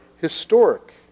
historic